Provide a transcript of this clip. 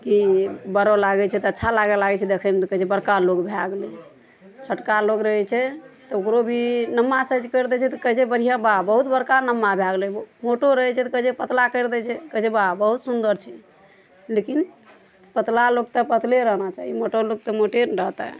की बड़ो लागय छै तऽ अच्छा लागऽ लागय छै देखय मे तऽ कहय छै बड़का लोग भए गेलय छोटका लोग रहय छै तऽ ओकरो भी लम्बा साइज करि दै छै तऽ कहय छै बढ़िआँ वाह बहुत बड़का लम्बा भए गेलय मोटो रहय छै तऽ कहय छै पतला करि दै छै कहय छै वाह बहुत सुन्दर छै लेकिन पतला लोक तऽ पतले रहना चाही मोटा लोक तऽ मोटे नऽ रहतै